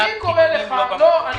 המילה "פקידונים" לא במקום.